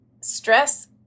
stress